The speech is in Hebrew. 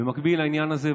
במקביל לעניין הזה,